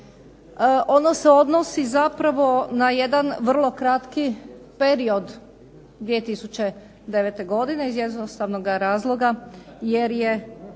ono se odnosi zapravo na jedan vrlo kratki period 2009. godine iz jednostavnoga razloga jer je